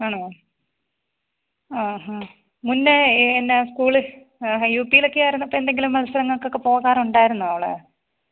ആണോ ആ ഹാ മുന്നെ എന്നാ സ്കൂള് യൂ പ്പീലെക്കെ ആയിരുന്നപ്പം എന്തെങ്കിലും മത്സരങ്ങള്ക്ക് ഒക്കെ പോകാറുണ്ടായിരുന്നോ അവൾ